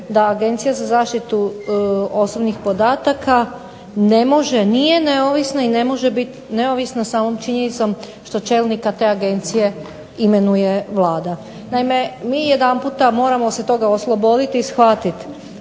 da Agencija za zaštitu osobnih podataka ne može, nije neovisna i ne može biti neovisna samom činjenicom što čelnika te agencije imenuje Vlada. Naime, mi jedanputa moramo se toga osloboditi i shvatiti